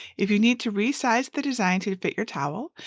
if you need to resize the design to to fit your towel,